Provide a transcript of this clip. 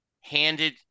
handed